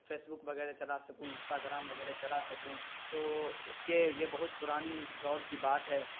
face بک وغیرہ چلا سکوں انسٹاگرام وغیرہ چلا سکوں تو اس کے یہ بہت پرانی دور کی بات ہے